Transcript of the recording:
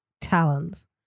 talons